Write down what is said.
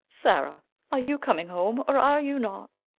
sarah are you coming home or are you not?